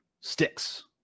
sticks